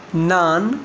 naan